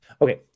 Okay